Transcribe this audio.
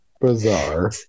bizarre